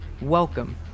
Welcome